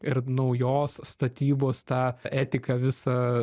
ir naujos statybos tą etiką visą